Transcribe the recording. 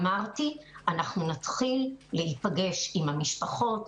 נתחיל להיפגש עם המשפחות,